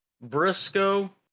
briscoe